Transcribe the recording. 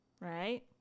Right